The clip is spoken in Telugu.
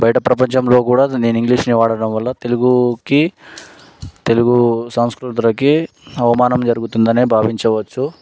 బయట ప్రపంచంలో కూడా నేను ఇంగ్లీష్నే వాడటం వల్ల తెలుగుకి తెలుగు సాంస్కృతులకి అవమానం జరుగుతుందనే భావించవచ్చు